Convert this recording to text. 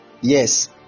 Yes